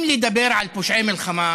אם לדבר על פושעי מלחמה,